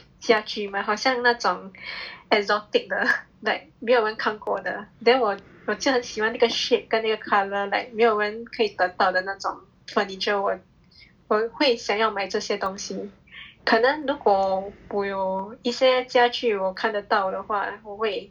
家具吗 like 好像那种 exotic like 没有人看过的 then 我我真的喜欢这个 shape 跟那个 colour like 没有人可以得到的那种 furniture 我我我会想要买这种东西可能如果我有一些家具我看得到的话我会